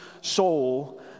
soul